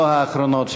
לא האחרונות,